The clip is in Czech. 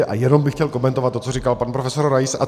A jenom bych chtěl komentovat to, co říkal pan profesor Rais.